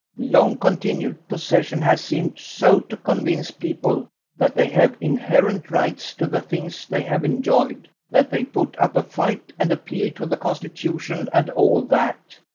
long-continued possession has seemed so to convince people that they have inherent rights to the things they have enjoyed, that they put up a fight and appeal to the constitution and all that,